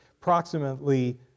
Approximately